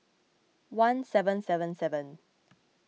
one seven seven seven